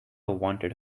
wanted